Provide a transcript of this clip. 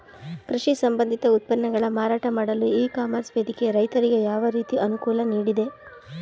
ಕೃಷಿ ಸಂಬಂಧಿತ ಉತ್ಪನ್ನಗಳ ಮಾರಾಟ ಮಾಡಲು ಇ ಕಾಮರ್ಸ್ ವೇದಿಕೆ ರೈತರಿಗೆ ಯಾವ ರೀತಿ ಅನುಕೂಲ ನೀಡಿದೆ?